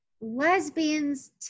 Lesbians